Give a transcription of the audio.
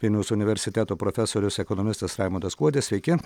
vilniaus universiteto profesorius ekonomistas raimundas kuodis sveiki